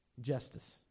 justice